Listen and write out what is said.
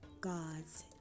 gods